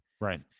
Right